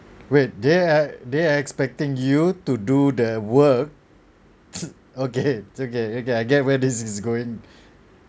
wait they're they're expecting you to do the work okay okay okay I get where this is going